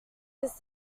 his